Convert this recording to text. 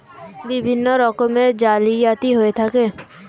বিভিন্ন রকমের জালিয়াতি হয়ে থাকে